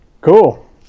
Cool